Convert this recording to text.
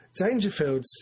Dangerfields